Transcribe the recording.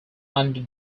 under